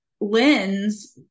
lens